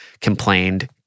complained